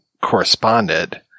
corresponded